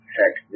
Heck